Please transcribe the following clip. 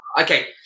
okay